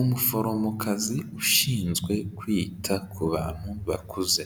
Umuforomokazi ushinzwe kwita ku bantu bakuze,